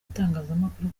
itangazamakuru